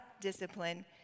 discipline